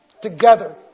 Together